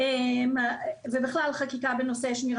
אמרתי לו שלא יכול להיות שבמשמרת שלנו יש כזו נסיגה ונפילה